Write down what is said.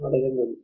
വളരെ നന്ദി